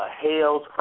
Hales